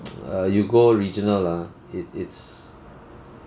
err you go regional ah it it's